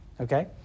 okay